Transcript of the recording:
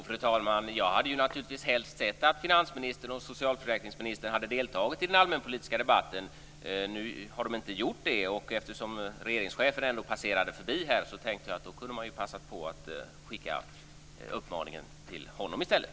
Fru talman! Jag hade naturligtvis helst sett att finansministern och socialförsäkringsministern hade deltagit i den allmänpolitiska debatten. Nu har de inte gjort det, och eftersom regeringschefen ändå passerade förbi här tänkte jag passa på att skicka uppmaningen till honom i stället.